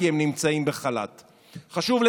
ואלה הם המתמחים הניגשים לבחינות ההסמכה של